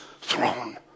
throne